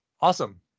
Awesome